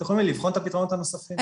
ולביטוח הלאומי לבחון את הפתרונות הנוספים.